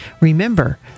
Remember